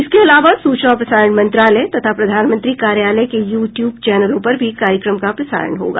इसके अलावा सूचना और प्रसारण मंत्रालय तथा प्रधानमंत्री कार्यालय के यू ट्यूब चैनलों पर भी कार्यक्रम का प्रसारण होगा